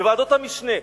בוועדות המשנה.